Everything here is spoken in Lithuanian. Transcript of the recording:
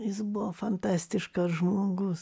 jis buvo fantastiškas žmogus